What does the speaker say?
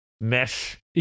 mesh